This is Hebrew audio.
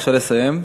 אבקשך לסיים.